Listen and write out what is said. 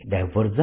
B